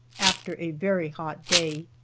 after a very hot day,